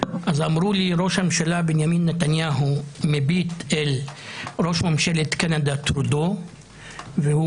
אמרו לי שראש הממשלה בנימין נתניהו מביט אל ראש ממשלת קנדה טרודו והוא